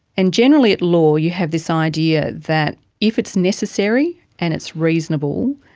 and generally at law you have this idea that if it's necessary and it's reasonable,